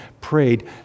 prayed